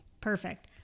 perfect